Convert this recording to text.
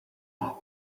lawn